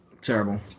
Terrible